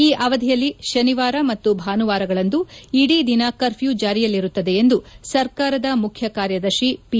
ಈ ಅವಧಿಯಲ್ಲಿ ಶನಿವಾರ ಮತ್ತು ಭಾನುವಾರಗಳಂದು ಇಡೀ ದಿನ ಕರ್ಪ್ಯೂ ಜಾರಿಯಲ್ಲಿರುತ್ತದೆ ಎಂದು ಸರ್ಕಾರದ ಮುಖ್ಯ ಕಾರ್ಯದರ್ಶಿ ಪಿ